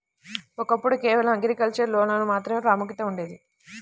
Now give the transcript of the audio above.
ఒకప్పుడు కేవలం అగ్రికల్చర్ లోన్లకు మాత్రమే ప్రాముఖ్యత ఉండేది